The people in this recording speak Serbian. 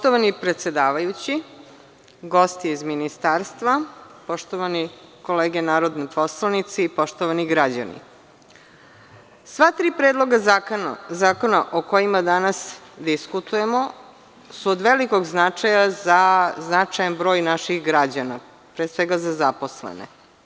Poštovani predsedavajući, gosti iz ministarstva, poštovane kolege narodni poslanici i poštovani građani, sva tri predloga zakona o kojima danas diskutujemo su od velikog značaja za značajan broj naših građana, pre svega za zaposlene.